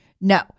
No